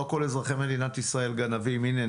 לא כל אזרחי מדינת ישראל גנבים הנה,